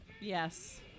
Yes